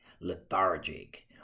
lethargic